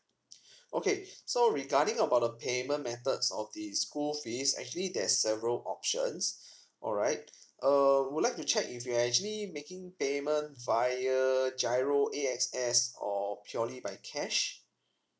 okay so regarding about the payment methods of the school fees actually there's several options alright err would like to check if you're actually making payment via giro A X S or purely by cash